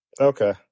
Okay